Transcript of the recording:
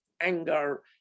anger